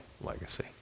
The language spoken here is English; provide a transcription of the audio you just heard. legacy